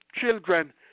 children